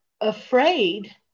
afraid